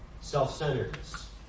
self-centeredness